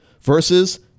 versus